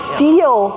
feel